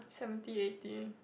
seventy eighty